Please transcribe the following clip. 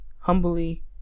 humbly